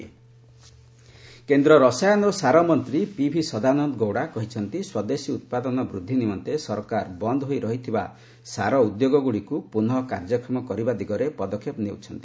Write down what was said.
fertiliser industry କେନ୍ଦ୍ର ରସାୟନ ଓ ସାର ମନ୍ତ୍ରୀ ପି ଭି ସଦାନନ୍ଦ ଗୌଡ଼ା କହିଛନ୍ତି ସ୍ୱଦେଶୀ ଉତ୍ପାଦନ ବୃଦ୍ଧି ନିମନ୍ତେ ସରକାର ବନ୍ଦ୍ ହୋଇ ରହିଥିବା ସାର ଉଦ୍ୟୋଗଗୁଡିକୁ ପୁନଃ କାର୍ଯ୍ୟକ୍ଷମ କରିବା ଦିଗରେ ପଦକ୍ଷେପ ନେଉଛନ୍ତି